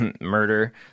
murder